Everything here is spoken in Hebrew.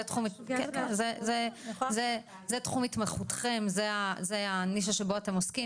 זה תחום התמחותכם וזו הנישה שבה אתם עוסקים